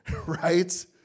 right